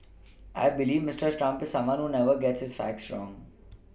I believe Mister Trump is someone who never gets his facts wrong